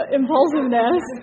impulsiveness